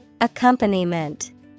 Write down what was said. Accompaniment